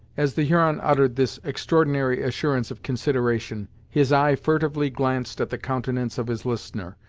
as the huron uttered this extraordinary assurance of consideration, his eye furtively glanced at the countenance of his listener,